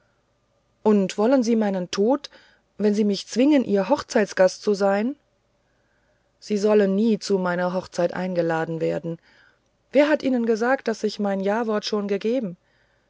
und wollen sie meinen tod wenn sie mich zwingen ihr hochzeitsgast zu sein sie sollen nie zu meiner hochzeit eingeladen werden wer hat ihnen gesagt daß ich mein jawort schon gegeben